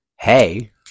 hey